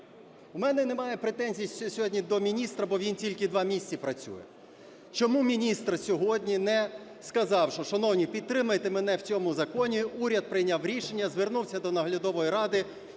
У мене немає претензій сьогодні до міністра, бо він тільки два місяці працює. Чому міністр сьогодні не сказав, що, шановні, підтримайте мене в цьому законі, уряд прийняв рішення, звернувся до Наглядової ради